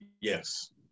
Yes